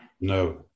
No